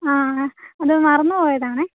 ആ അത് മറന്ന് പോയതാണേ